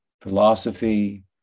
philosophy